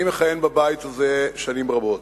אני מכהן בבית הזה שנים רבות.